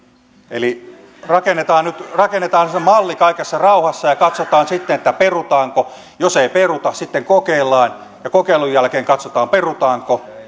eli rakennetaan nyt se malli kaikessa rauhassa ja ja katsotaan sitten perutaanko jos ei peruta sitten kokeillaan ja kokeilun jälkeen katsotaan perutaanko